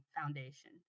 foundation